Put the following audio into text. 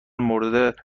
مورد